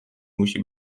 musi